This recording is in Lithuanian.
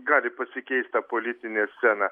gali pasikeist ta politinė scena